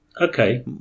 Okay